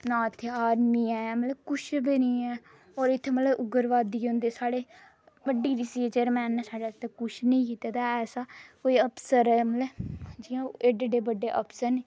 ना इत्थै आर्मी ऐ मतलब कुछ बी नी ऐ और इत्थै मतलब उग्रवादियें हुंदे साढ़े पर डीडीसी चेयरमैन न साढ़े आस्तै कुछ नी कीते दा ऐ ऐसा कोई अफसर मतलब जि'यां एड्डे एड्डे बड्डे अफ्सर न